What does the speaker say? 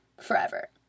Forever